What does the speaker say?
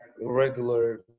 regular